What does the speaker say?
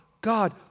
God